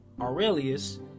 Aurelius